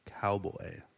Cowboy